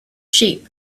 sheep